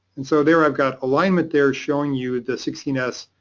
and so there i've got alignment there showing you the sixteen s